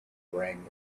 rang